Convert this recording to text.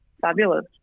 fabulous